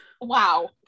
wow